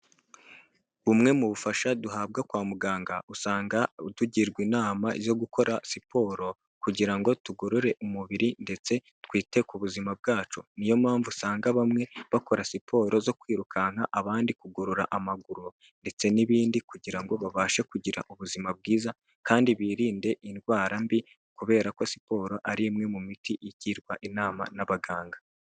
Bumwe mu bufasha duhabwa kwa muganga; usanga tugirwa inama zo gukora siporo kugira ngo tugorore umubiri ndetse twite ku buzima bwacu, niyo mpamvu usanga bamwe bakora siporo zo kwirukanka abandi kugorora amaguru ndetse n'ibindi, kugira ngo babashe kugira ubuzima bwiza kandi birinde indwara mbi, kubera ko siporo ari imwe mu miti igirwa inama n'abaganga.